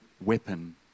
weapon